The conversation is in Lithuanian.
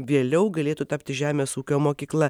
vėliau galėtų tapti žemės ūkio mokykla